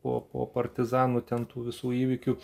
po po partizanų ten tų visų įvykių